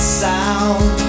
sound